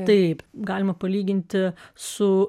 taip galima palyginti su